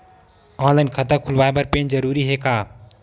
Online खाता खुलवाय बर पैन जरूरी हे का?